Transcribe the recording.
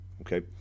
okay